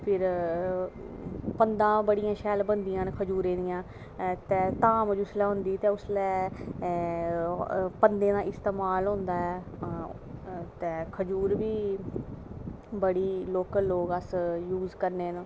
ते फिर पंदां बड़ियां शैल बनदियां खजूरें दियां धाम खलोंदी ते उसलै पंदें दा इस्तेमाल होंदा ऐ ते खजूर बी लोकल लोग अस यूज़ करदे न